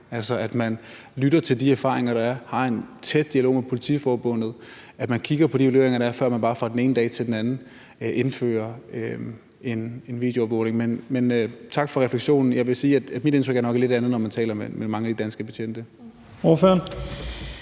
at man lytter til de erfaringer, der er, og har en tæt dialog med Politiforbundet og kigger på de evalueringer, der er, før man bare fra den ene dag til den anden indfører videoovervågning. Men tak for refleksionen. Jeg vil sige, at mit indtryk nok er et lidt andet, når man taler med mange af de danske betjente.